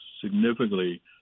significantly